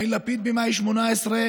יאיר לפיד במאי 2018: